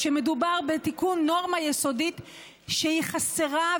כשמדובר בתיקון נורמה יסודית שהיא חסרה,